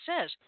says